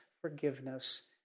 forgiveness